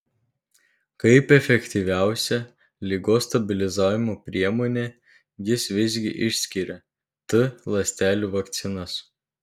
kaip efektyviausią ligos stabilizavimo priemonę jis visgi išskiria t ląstelių vakcinas